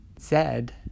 Zed